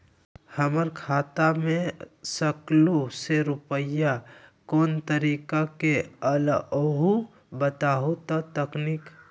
हमर खाता में सकलू से रूपया कोन तारीक के अलऊह बताहु त तनिक?